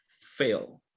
fail